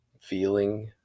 feeling